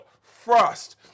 frost